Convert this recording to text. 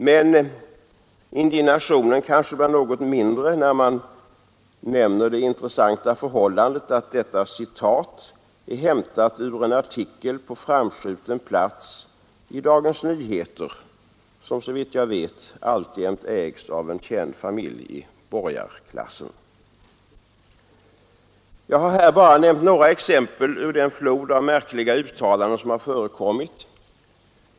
Men indignationen kanske blir något mindre när man nämner det intressanta förhållandet att detta citat är hämtat ur en artikel på framskjuten plats i Dagens Nyheter, som såvitt jag vet alltjämt ägs av en känd familj i borgarklassen. Jag har här bara nämnt några exempel ur den flod av märkliga uttalanden som förekommit.